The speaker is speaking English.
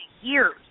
years